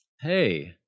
Hey